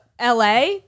LA